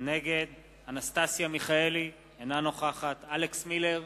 נגד אנסטסיה מיכאלי, אינה נוכחת אלכס מילר,